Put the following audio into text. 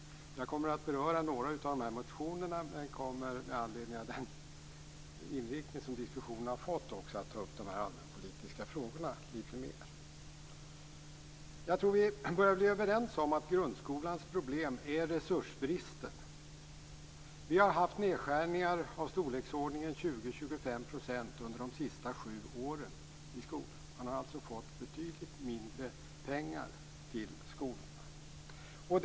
Jag kommer att beröra några av de här motionerna. Men med anledning av den inriktning som diskussionen har fått kommer jag också att ta upp de allmänpolitiska frågorna litet mer. Jag tror att vi börjar bli överens om att grundskolans problem är resursbristen. Vi har haft nedskärningar i skolan med ca 20-25 % under de senaste sju åren. Man har alltså fått betydligt mindre pengar till skolorna.